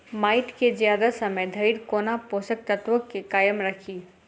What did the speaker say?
माटि केँ जियादा समय धरि कोना पोसक तत्वक केँ कायम राखि?